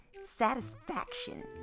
satisfaction